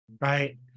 Right